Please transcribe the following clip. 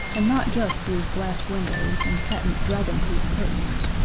and not just through glass windows and patent dragonproof curtains.